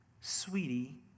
sweetie